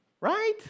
Right